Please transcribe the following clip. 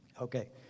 Okay